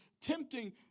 tempting